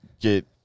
get